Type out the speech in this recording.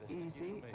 easy